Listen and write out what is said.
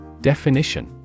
Definition